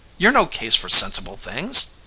you're no case for sensible things.